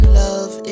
love